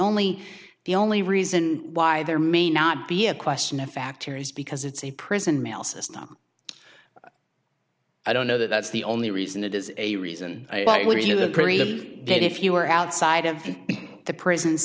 only the only reason why there may not be a question of fact here is because it's a prison mail system i don't know that that's the only reason it is a reason but would you the freedom that if you were outside of the prison